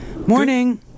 Morning